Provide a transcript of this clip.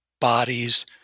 bodies